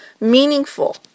meaningful